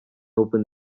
upon